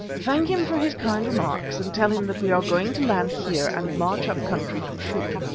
thank him for his kind remarks and tell him that we are going to land here and march up country to shoot.